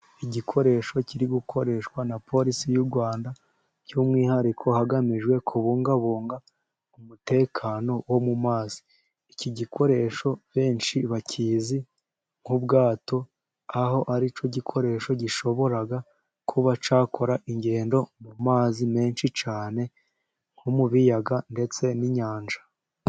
Igikoresho kiri gukoreshwa na polisi y' u Rwanda, by' umwihariko hagamijwe kubungabunga umutekano wo mu mazi, iki gikoresho benshi bakizi nk' ubwato aho ari cyo gikoresho gishobora kuba cyakora ingendo mu mazi menshi cyane nko mu biyaga ndetse n' inyanja.